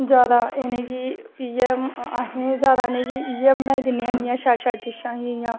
जादै इनेंगी इयै असेंगी जादै इनेंगी इयै बनाई दिन्ने आं जियां शैल डिशां होइयां